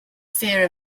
fear